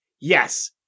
yes